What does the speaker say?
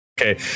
Okay